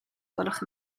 gwelwch